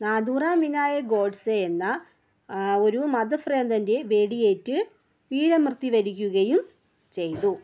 നാഥുറാം വിനായക് ഗോഡ്സെ എന്ന ഒരു മത ഭ്രാന്തന്റെ വെടിയേറ്റ് വീരമൃത്യു വരിക്കുകയും ചെയ്തു